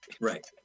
Right